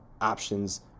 options